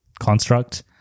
construct –